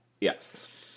Yes